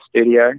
studio